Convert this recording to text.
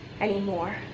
anymore